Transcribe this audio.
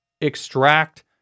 extract